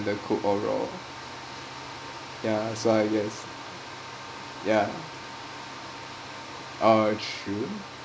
under cooked or raw ya so I guess yeah oh true